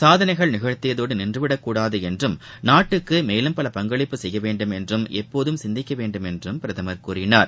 சாதனைகள் நிகழ்த்தியதோடு நின்றுவிடக் கூடாது என்றும் நாட்டுக்கு மேலும் பல பங்களிப்பு செய்ய வேண்டும் என்றும் எப்போதும் சிந்திக்க வேண்டும் என்றும் பிரதமர் கூறினார்